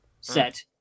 set